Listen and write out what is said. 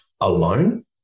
alone